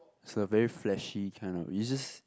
is a very flashy kind of you just